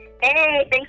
Hey